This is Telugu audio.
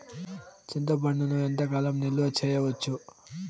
చింతపండును ఎంత కాలం నిలువ చేయవచ్చు?